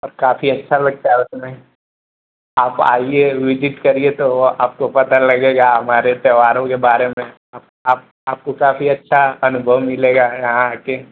और काफी अच्छा लगता है उसमें आप आइए विजिट करिए तो आपको पता लगेगा हमारे त्यौहारों के बारे में आप आप आपको काफी अच्छा अनुभव मिलेगा यहाँ आकर